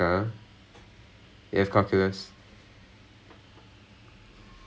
ah ya ya ya is is is basically that engineering maththematics is just that